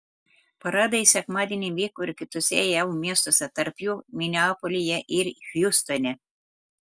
paradai sekmadienį vyko ir kituose jav miestuose tarp jų mineapolyje ir hjustone